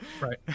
right